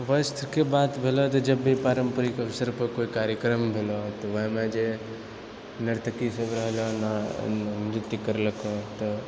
वस्त्रके बात भेलौ जे जब भी पारम्परिक अवसर पर कोइ कार्यक्रम भेलौ तऽ ओहेमऽ जे नर्तकीसभ रहलौ नऽ नृत्य करलकौ तऽ